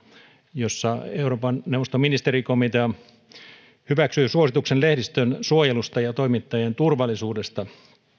jossa euroopan neuvoston ministerikomitea hyväksyi suosituksen lehdistön suojelusta ja toimittajien turvallisuudesta